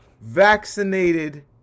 vaccinated